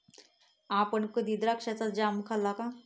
आपण कधी द्राक्षाचा जॅम खाल्ला आहे का?